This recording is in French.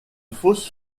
fausse